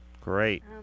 Great